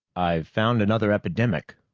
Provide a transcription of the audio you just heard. i've found another epidemic,